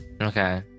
Okay